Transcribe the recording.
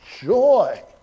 joy